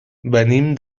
venim